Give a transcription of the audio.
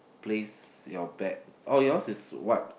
placed your bets or yours is what